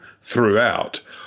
throughout